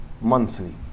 monthly